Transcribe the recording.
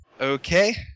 Okay